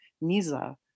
Nisa